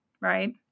Right